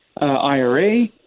IRA